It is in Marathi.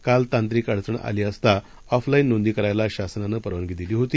काल तांत्रिक अडचण आली असता ऑफलाईन नोंदी करायला शासनान परवानगी दिली होती